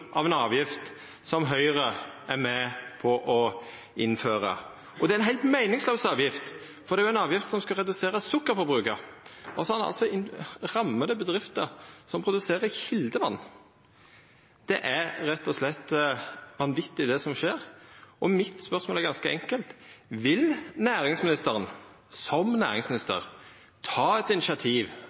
av ei avgift som Høgre er med på å innføra. Det er ei heilt meiningslaus avgift, for det er ei avgift som skal redusera sukkerforbruket – og så rammar det bedrifter som produserer kjeldevatn. Det er rett og slett vanvitig det som skjer. Mitt spørsmål er ganske enkelt: Vil næringsministeren som næringsminister ta eit initiativ